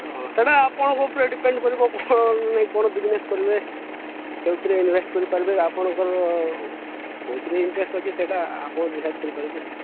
ହଁ ସେଟା ଆପଣଙ୍କ ଉପରେ ଡ଼ିପେଣ୍ଡ୍ କରିବ କ'ଣ ନାଇଁ କ'ଣ ବିଜନେଶ୍ କରିବେ ତା ଭିତରେ ଇନଭେଷ୍ଟ୍ କରିପାରିବେ ଆପଣଙ୍କର କେଉଁଥିରେ ଇଣ୍ଟରେଷ୍ଟ୍ ଅଛି ସେଇଟା ଆପଣ ଡ଼ିସାଇଡ଼୍ କରିପାରିବେ